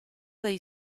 dei